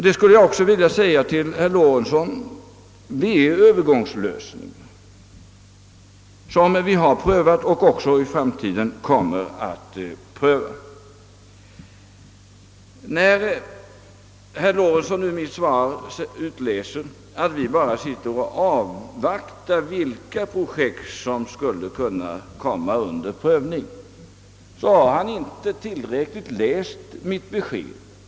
Detta är — det vill jag säga till herr Lorentzon — en övergångslösning som vi har prövat och kommer att pröva också i framtiden. När herr Lorentzon ur mitt svar utläser att vi bara sitter och avvaktar vilka projekt som skulle kunna komma under prövning måste jag säga att han inte tycks ha studerat mitt besked tillräckligt.